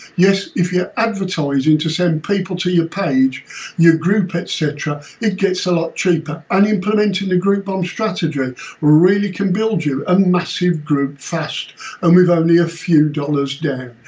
yet if you are advertising to send people to your page your group etc it gets a lot cheaper and implementing the group bomb strategy really can build you a massive group fast and with only a few dollars down.